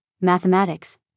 mathematics